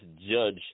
judge